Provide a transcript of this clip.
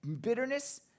bitterness